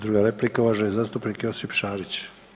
Druga replika uvaženi zastupnik Josip Šarić.